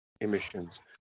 emissions